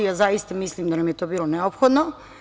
Ja zaista mislim da nam je to bilo neophodno.